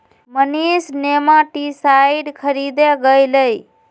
Manish nematicide खरीदे गय लय